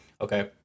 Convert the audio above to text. okay